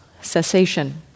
cessation